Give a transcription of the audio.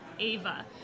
Ava